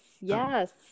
yes